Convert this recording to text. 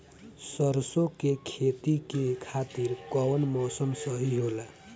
सरसो के खेती के खातिर कवन मौसम सही होला?